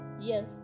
Yes